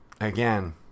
again